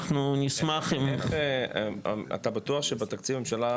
אנחנו נשמח אם --- אתה בטוח שבתקציב הממשלה,